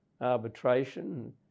arbitration